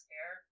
air